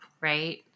Right